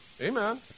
Amen